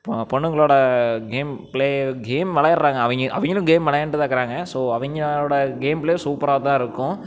பொண்ணுங்களோட game play game விளையாட்றாங்க அவைங்க அவங்களும் கேம் விளையாண்டுதான் இருக்கிறாங்க ஸோ அவங்களோட கேம் ப்ளே சூப்பராகதான் இருக்கும்